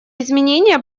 изменения